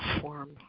form